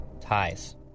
ties